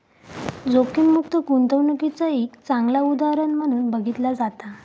जोखीममुक्त गुंतवणूकीचा एक चांगला उदाहरण म्हणून बघितला जाता